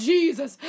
Jesus